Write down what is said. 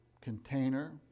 container